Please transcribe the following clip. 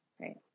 Right